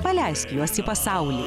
paleisk juos į pasaulį